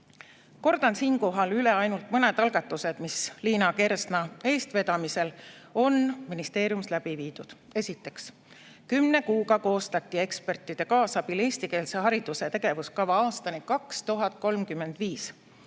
seda! Kordan siinkohal üle ainult mõned algatused, mis Liina Kersna eestvedamisel on ministeeriumis läbi viidud. Esiteks, kümne kuuga koostati ekspertide kaasabil eestikeelse hariduse tegevuskava aastani 2035.